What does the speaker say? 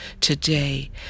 today